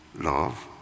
Love